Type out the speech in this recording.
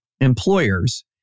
employers